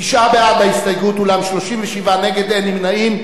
תשעה בעד ההסתייגות, אולם 37 נגד, אין נמנעים.